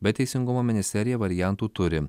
bet teisingumo ministerija variantų turi